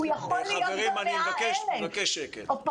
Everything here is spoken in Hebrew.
הוא יכול להיות גם 100,000 או פחות.